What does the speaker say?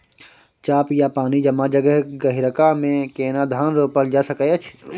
चापि या पानी जमा जगह, गहिरका मे केना धान रोपल जा सकै अछि?